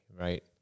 right